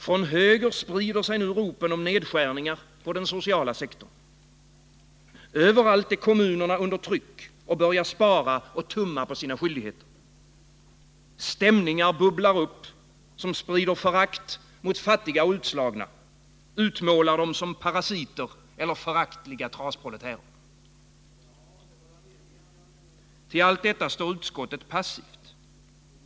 Från höger sprider sig nu ropen om nedskärningar på den sociala sektorn. Överallt är kommunerna under tryck och börjar spara och tumma på sina skyldigheter. Stämningar bubblar upp, som sprider förakt mot fattiga och utslagna, utmålar dem som parasiter eller föraktliga trasproletärer. Till allt detta står utskottet passivt.